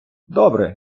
добре